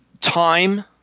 time